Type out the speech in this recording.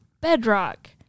bedrock